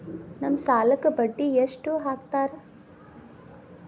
ನಮ್ ಸಾಲಕ್ ಬಡ್ಡಿ ಎಷ್ಟು ಹಾಕ್ತಾರ?